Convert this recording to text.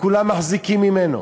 וכולם מחזיקים ממנו